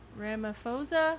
Ramaphosa